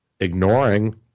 ignoring